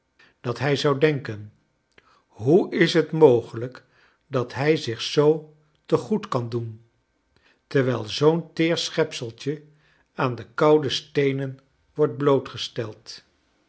dat hij zou denken hoe is t mogelijk dat hij zich zoo te goed kan doen terwijl zoo'n teer schepseltje aan de koude sfreenen wordt blootgcsteld